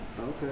Okay